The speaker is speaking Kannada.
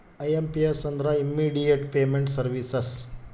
ಐ.ಎಂ.ಪಿ.ಎಸ್ ಅಂದ್ರ ಇಮ್ಮಿಡಿಯೇಟ್ ಪೇಮೆಂಟ್ ಸರ್ವೀಸಸ್